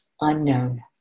unknown